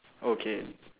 okay